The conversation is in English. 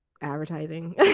advertising